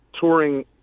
touring